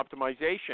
optimization